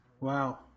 Wow